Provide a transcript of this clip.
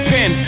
Pin